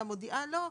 אלא מודיעה לו.